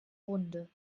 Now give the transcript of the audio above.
runde